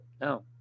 No